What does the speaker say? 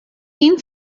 این